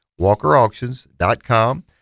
WalkerAuctions.com